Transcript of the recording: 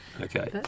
Okay